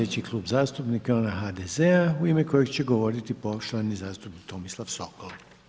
Sljedeći Klub zastupnika je onaj HDZ-a u ime kojeg će govoriti poštovani zastupnik Tomislav Sokol.